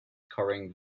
covering